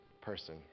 person